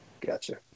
Gotcha